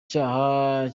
cyaha